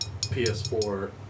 PS4